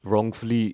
wrongfully